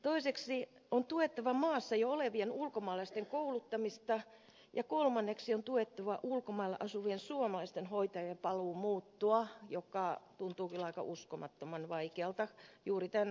toiseksi on tuettava maassa jo olevien ulkomaalaisten kouluttamista ja kolmanneksi on tuettava ulkomailla asuvien suomalaisten hoitajien paluumuuttoa joka tuntuu kyllä aika uskomattoman vaikealta juuri tämän palkkatason takia